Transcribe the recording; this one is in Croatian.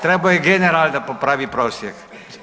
Trebao je general da popravi prosjek.